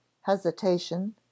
hesitation